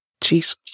Jesus